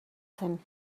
zen